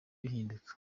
bihinduka